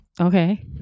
Okay